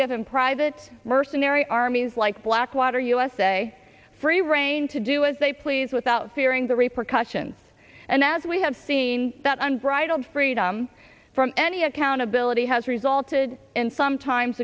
given private mercenary armies like blackwater usa free reign to do as they please without fearing the repercussions and as we have seen that unbridled freedom from any accountability has resulted in sometimes